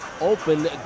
Open